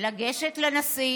לגשת לנשיא